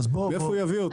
מאיפה הוא יביא אותה?